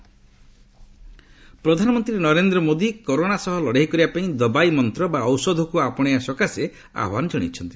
ପ୍ରଧାନମନ୍ତ୍ରୀ ପ୍ରଧାନମନ୍ତ୍ରୀ ନରେନ୍ଦ୍ର ମୋଦୀ କରୋନା ସହ ଲଡ଼େଇ କରିବା ପାଇଁ ଦବାଇ ମନ୍ତ୍ର ବା ଔଷଧକୁ ଆପଣେଇବା ସକାଶେ ଆହ୍ୱାନ କଣାଇଛନ୍ତି